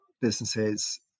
businesses